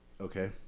Okay